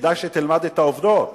כדאי שתלמד את העובדות